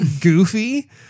goofy